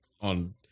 on